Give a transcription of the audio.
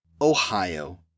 Ohio